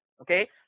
Okay